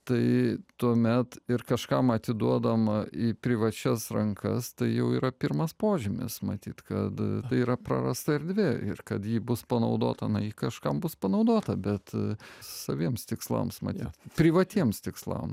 tai tuomet ir kažkam atiduodam į privačias rankas tai jau yra pirmas požymis matyt kad yra prarasta erdvė ir kad ji bus panaudota na ji kažkam bus panaudota bet saviems tikslams matyt privatiems tikslams